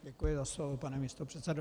Děkuji za slovo, pane místopředsedo.